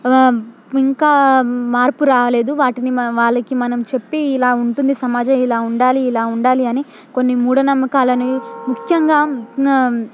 ఇంకా మార్పు రాలేదు వాటిని మ వాళ్ళకి మనం చెప్పి ఇలా ఉంటుంది సమాజం ఇలా ఉండాలి ఇలా ఉండాలి అని కొన్ని మూఢ నమ్మకాలని ముఖ్యంగా